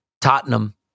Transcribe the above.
Tottenham